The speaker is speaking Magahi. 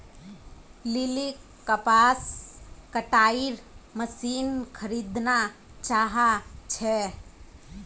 लिलीक कपास कटाईर मशीन खरीदना चाहा छे